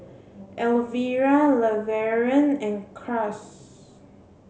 Alvira Levern and Cas